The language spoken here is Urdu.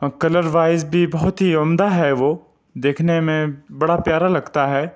کلر وائز بھی بہت ہی عمدہ ہے وہ دیکھنے میں بڑا پیارا لگتا ہے